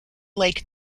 lake